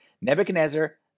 Nebuchadnezzar